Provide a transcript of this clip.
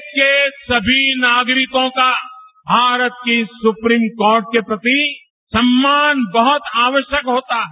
देश के सभी नागरिकों का भारत की सुप्रीम कोर्टके प्रति सम्मान बहुत आवश्यक होता है